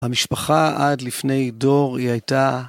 המשפחה עד לפני דור היא הייתה